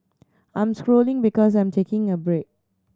I am scrolling because I am taking a break